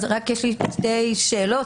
יש שלי שתי שאלות,